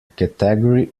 category